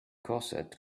corset